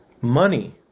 money